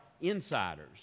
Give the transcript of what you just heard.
insiders